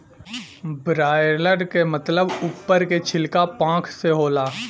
broiler क मतलब उप्पर के छिलका पांख से होला